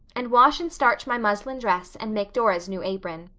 and wash and starch my muslin dress, and make dora's new apron.